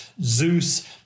Zeus